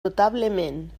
notablement